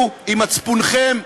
ואם נציל נפש אחת,